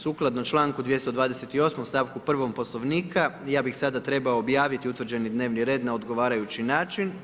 Sukladno čl. 228. stavku 1. poslovnika ja bi sada trebao objaviti utvrđeni dnevni red na odgovarajući način.